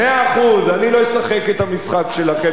אני לא אשחק את המשחק שלכם של הצביעות.